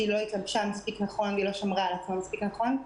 היא לא התלבשה מספיק נכון והיא לא שמרה על עצמה מספיק נכון.